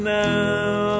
now